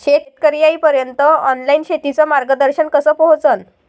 शेतकर्याइपर्यंत ऑनलाईन शेतीचं मार्गदर्शन कस पोहोचन?